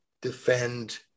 defend